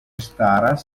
staras